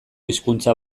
hizkuntza